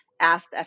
asked